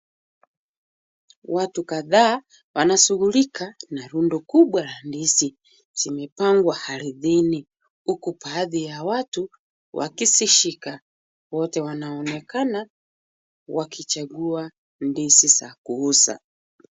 Watu kadhaa wanashughulika na rundo kubwa la ndizi. Zimepangwa ardhini, huku baadhi ya watu wakizishika. Wote wanaonekana wakichagua ndizi za kuuza.